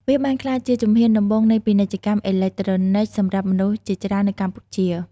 វាបានក្លាយជាជំហានដំបូងនៃពាណិជ្ជកម្មអេឡិចត្រូនិកសម្រាប់មនុស្សជាច្រើននៅកម្ពុជា។